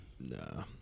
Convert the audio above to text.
No